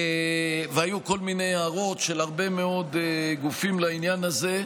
והיו כל מיני הערות של הרבה מאוד גופים לעניין הזה,